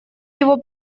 его